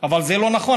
אבל זה לא נכון.